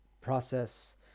process